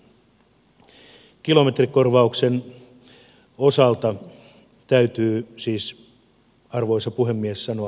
kilometrikorvauksen osalta täytyy siis arvoisa puhemies sanoa